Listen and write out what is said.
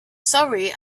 surrey